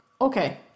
okay